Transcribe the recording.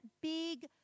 big